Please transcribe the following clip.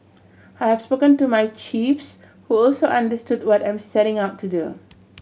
I have spoken to my chiefs who also understood what I'm setting out to do